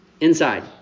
inside